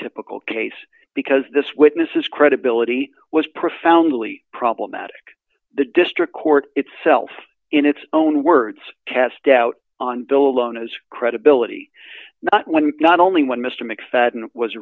typical case because this witness's credibility was profoundly problematic the district court itself in its own words cast doubt on bill alone as credibility when not only when mr mcfadden was